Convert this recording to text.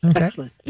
Okay